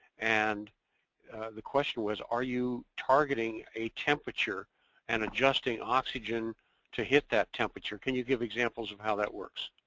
and the question was are you targeting a temperature and adjusting oxygen to hit that temperature? can you give examples of how that works?